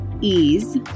ease